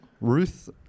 Ruth